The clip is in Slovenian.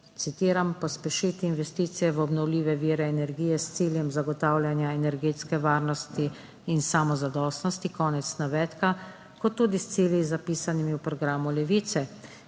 citiram, »pospešiti investicije v obnovljive vire energije s ciljem zagotavljanja energetske varnosti in samozadostnosti«, konec navedka, kot tudi s cilji, zapisanimi v programu Levice,